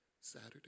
Saturday